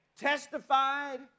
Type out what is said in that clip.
testified